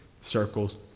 circles